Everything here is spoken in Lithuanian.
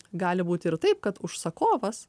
gali būti ir taip kad užsakovas